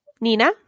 Nina